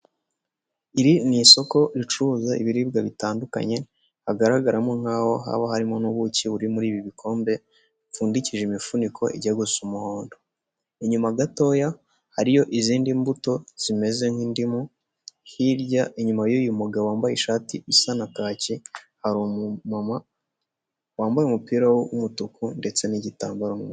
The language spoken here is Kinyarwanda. Iri ni isoko ricuruza ibiribwa bitandukanye hagaragaramo nk'aho haba harimo n'ubuki buri muri ibi bikombe bipfundiki imifuniko ijyago gusa umuhondo, inyuma gatoya hariyo izindi mbuto zimeze nk'indimu, hirya inyuma y'uyu mugabo wambaye ishati isa na kaki hari umu mama wambaye umupira w'umutuku ndetse n'igitambaro mwiza.